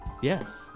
Yes